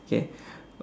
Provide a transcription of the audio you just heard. okay